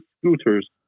scooters